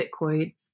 Bitcoin